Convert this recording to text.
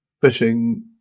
fishing